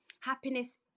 Happiness